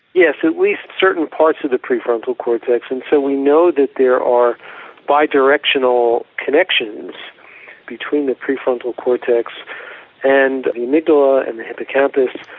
yes, at least certain parts of the pre-frontal cortex and so we know that there are bi-directional connections between the pre-frontal cortex and amygdala and the hippocampus,